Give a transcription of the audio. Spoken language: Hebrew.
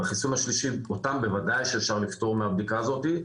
בוודאי אפשר לפטור אותם מהבדיקה הזאת.